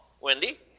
Wendy